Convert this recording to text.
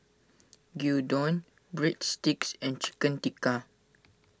Gyudon Breadsticks and Chicken Tikka